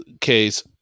case